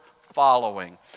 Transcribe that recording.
following